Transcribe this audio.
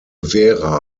vera